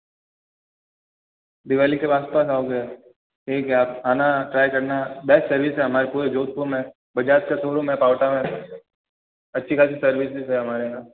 दिवाली के आस पास आओगे ठीक है आप आना ट्राई करना बेस्ट सर्विस है हमारे पूरे जोधपुर में बजाज का शोरूम है पाओटा में अच्छी खासी सर्विसिज़ है हमारे यहाँ